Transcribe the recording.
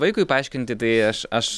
vaikui paaiškinti tai aš aš